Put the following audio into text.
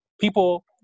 people